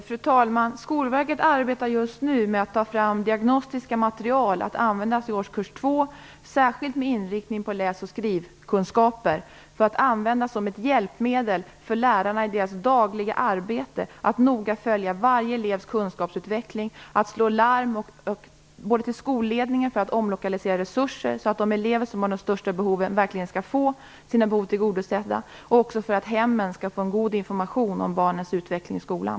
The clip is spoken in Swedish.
Fru talman! Skolverket arbetar just nu med att ta fram diagnostiskt material att användas i årsklass 2, särskilt med inriktning på läs och skrivkunskaper, som ett hjälpmedel för lärarna i deras dagliga arbete att noga följa varje elevs kunskapsutveckling och att slå larm både till skolledningen för att omlokalisera resurser, så att de elever som har de största behoven verkligen får sina behov tillgodosedda, och till hemmen, för att de skall få en god information om barnens utveckling i skolan.